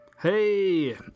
Hey